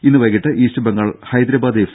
ഇന്ന് വൈകിട്ട് East Bengal Hyderabad F